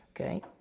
Okay